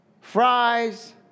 fries